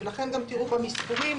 לכן גם תראו פה מספרים.